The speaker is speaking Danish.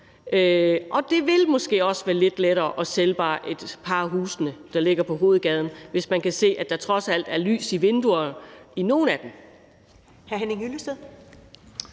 og det vil måske også være lidt lettere at sælge bare et par af husene, der ligger på hovedgaden, hvis man kan se, at der trods alt er lys i vinduerne i nogle af dem.